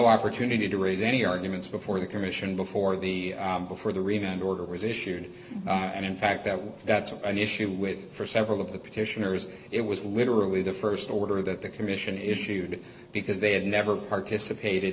opportunity to raise any arguments before the commission before the before the review and order was issued and in fact that was that's a an issue with for several of the petitioners it was literally the st order that the commission issued because they had never participated